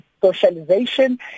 socialization